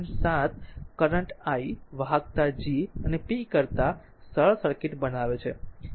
7 current i વાહકતા G અને p કરતાં સરળ સર્કિટ બતાવે છે